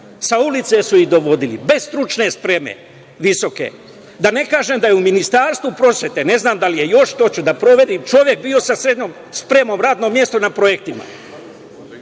sa ulice su ih dovodili, bez visoke stručne spreme. Da ne kažem da je u Ministarstvu prosvete, ne znam da li je još, to ću da proverim, čovek bio sa srednjom spremom, radno mesto na projektima,